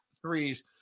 threes